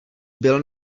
byl